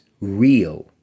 real